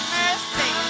mercy